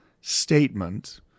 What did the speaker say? statement